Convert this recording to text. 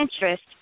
interest